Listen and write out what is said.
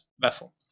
vessel